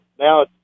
now